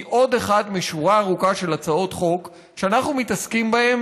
עוד אחת משורה ארוכה של הצעות חוק שאנחנו מתעסקים בהן